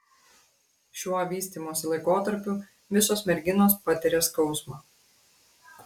šiuo vystymosi laikotarpiu visos merginos patiria skausmą